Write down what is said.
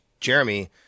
Jeremy